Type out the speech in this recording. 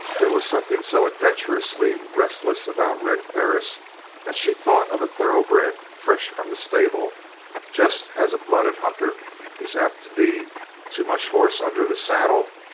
there was something so adventurously restless about red perris that she thought of a thoroughbred fresh from the stable just as a blooded hunter is apt to be too much horse under the saddle,